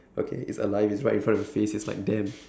okay it's alive it's right in front of your face it's like damn